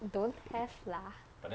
don't have lah